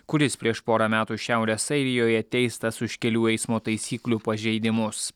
kuris prieš porą metų šiaurės airijoje teistas už kelių eismo taisyklių pažeidimus